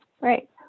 Right